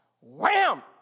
Wham